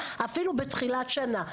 אפילו בתחילת שנת הלימודים,